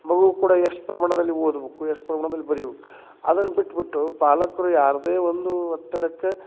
ಮಗುವು ಕೂಡ ಎಷ್ಟು ಪ್ರಮಾಣದಲ್ಲಿ ಓದ್ಬಕು ಎಷ್ಟು ಪ್ರಮಾಣದಲ್ಲಿ ಬರಿಬೇಕು ಅದನ್ನ ಬಿಟ್ಬಿಟ್ಟು ಪಾಲಕರು ಯಾರದೇ ಒಂದು ಒತ್ತಡಕ್ಕೆ